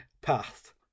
path